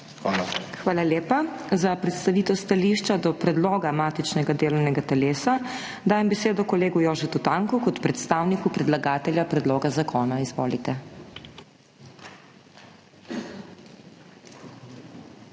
Hvala lepa. Za predstavitev stališča o predlogu matičnega delovnega telesa, dajem besedo kolegu Jožetu Tanku kot predstavniku predlagatelja predloga zakona. Izvolite.